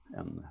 en